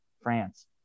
France